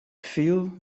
feel